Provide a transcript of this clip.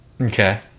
Okay